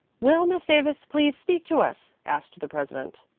will miss davis please speak to us? asked the president.